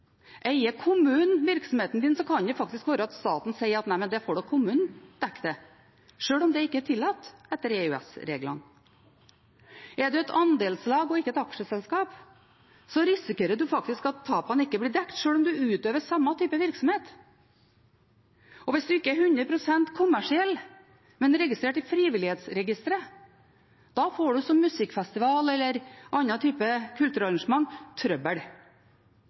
kommunen virksomheten din, kan det faktisk være at staten sier: Nei, men det får da kommunen dekke – sjøl om det ikke er tillatt etter EØS-reglene. Er man et andelslag og ikke et aksjeselskap, risikerer man faktisk at tapene ikke blir dekt, sjøl om man utøver samme type virksomhet. Hvis man ikke er 100 pst. kommersiell, men er registrert i Frivillighetsregisteret, får man som musikkfestival eller annen type kulturarrangement trøbbel.